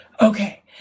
okay